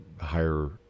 higher